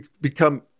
become